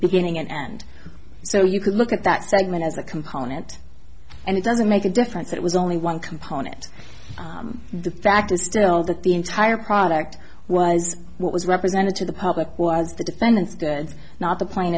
beginning and end so you could look at that segment as a component and it doesn't make a difference it was only one component the fact is still that the entire product was what was represented to the public was the defendants did not the pla